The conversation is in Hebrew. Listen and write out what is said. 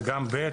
וגם (ב),